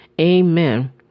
Amen